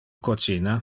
cocina